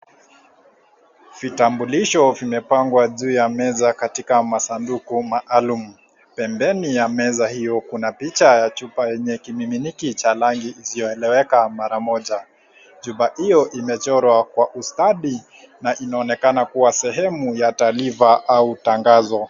Vitambuliisho vimepangwa juu ya meza katika masanduku maalum, pembeni ya meza hio kuna picha ya chupa yenye kimiminiki cha rangi isiyoeleweka mara moja, chupa hiyo imechorwa kwa ustadi na inaonekana kuwa sehemu ya taarifa au tangazo.